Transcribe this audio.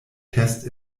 test